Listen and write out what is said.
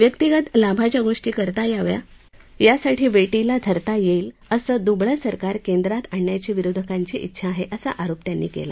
वैयक्तीक लाभाच्या गोष्टी करता याव्यात यासाठी वेटीला धरता येईल असं दुबळं सरकार केंद्रात आणण्याची विरोधकांची उिछा आहे असा आरोप त्यांनी केला